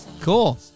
Cool